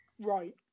right